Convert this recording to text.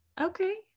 okay